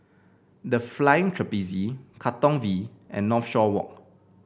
The Flying Trapeze Katong V and Northshore Walk